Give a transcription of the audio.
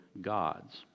gods